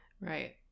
right